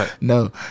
No